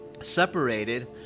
separated